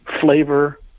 flavor